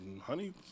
honey